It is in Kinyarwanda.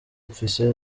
mfise